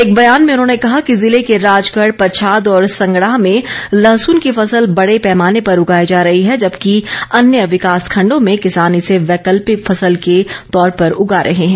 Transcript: एक बयान में उन्होंने कहा कि जिले के राजगढ़ पच्छाद और संगड़ाह में लहसुन की फसल बड़े पैमाने पर उगाई जा रही है जबकि अन्य विकास खंडो में किसान इसे वैकल्पिक फसल के तौर पर उगा रहे हैं